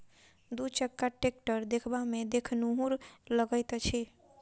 दू चक्का टेक्टर देखबामे देखनुहुर लगैत अछि